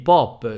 Pop